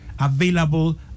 available